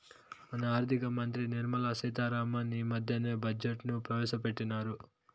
మన ఆర్థిక మంత్రి నిర్మలా సీతా రామన్ ఈ మద్దెనే బడ్జెట్ ను ప్రవేశపెట్టిన్నారు